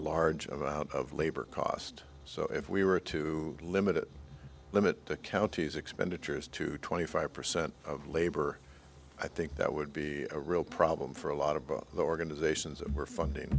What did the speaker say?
large of out of labor cost so if we were to limit it limit the counties expenditures to twenty five percent of labor i think that would be a real problem for a lot of the organizations that we're funding